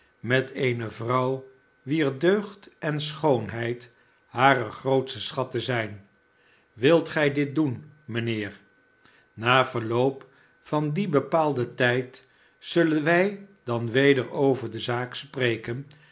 met eene vrouw wier deugd en schoonheid hare grootste schatten zijn wilt gij dit doen mynheer na verloop van dien bepaalden tijd zullen wij dan weder over de zaak spreken